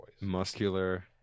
Muscular